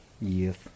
Yes